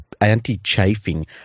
anti-chafing